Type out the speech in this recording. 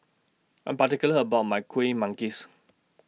I'm particular about My Kuih Manggis